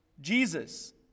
Jesus